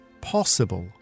possible